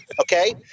Okay